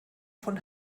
von